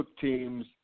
teams